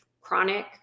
chronic